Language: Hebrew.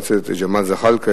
של חבר הכנסת ג'מאל זחאלקה.